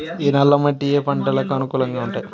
నల్ల మట్టి ఏ ఏ పంటలకు అనుకూలంగా ఉంటాయి?